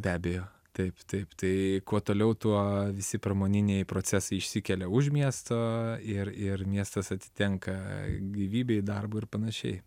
be abejo taip taip tai kuo toliau tuo visi pramoniniai procesai išsikelia už miesto ir ir miestas atitenka gyvybei darbo ir panašiai